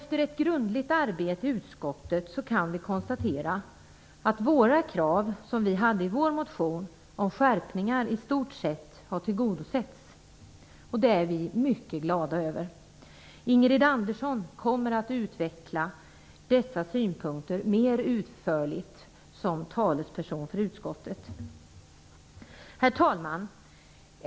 Efter ett grundligt arbete i utskottet kan vi konstatera att våra krav om skärpningar i stort tillgodosetts. Det är vi mycket glada över. Ingrid Andersson kommer, som talesperson för utskottet, att utveckla dessa synpunkter mer utförligt. Herr talman!